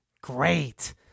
great